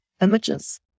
images